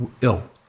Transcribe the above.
ill